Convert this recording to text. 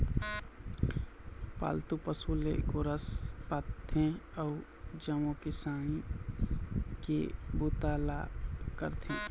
पालतू पशु ले गोरस पाथे अउ जम्मो किसानी के बूता ल करथे